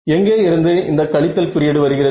எங்கே இருந்து இந்த கழித்தல் குறியீடு வருகிறது